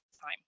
time